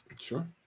Sure